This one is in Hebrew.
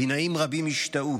וינאים רבים השתאו.